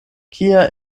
kia